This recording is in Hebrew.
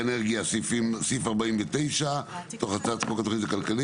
דיון בסעיפים 31-66 בתוך סעיף 94 המוצע (ללא סעיפים 35-32,